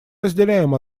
разделяем